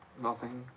nothing.